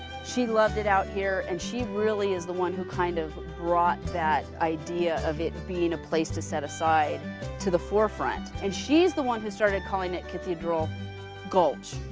she loved it out here, and she really is the one who kind of brought that idea of it being a place to set aside to the forefront, and she's the one who started calling it cathedral gulch,